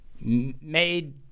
made